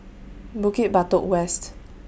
Bukit Batok West